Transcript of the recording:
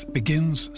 begins